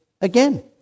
again